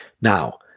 Now